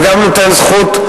וגם ייתן זכות,